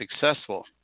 successful